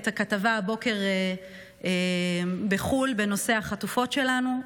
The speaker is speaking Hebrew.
את הכתבה הבוקר בחו"ל בנושא החטופות שלנו,